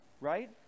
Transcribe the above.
right